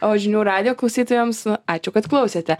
o žinių radijo klausytojams nu ačiū kad klausėte